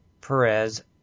Perez